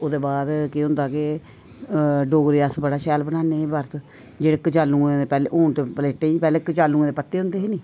ओह्दे बाद केह् होंदा के डोगरे अस बड़ा शैल बनान्ने बर्त जेह्ड़े कचालुएं दे पैह्लें हून ते प्लेटें च पैह्लें कचालुएं दे पत्ते होंदे हे निं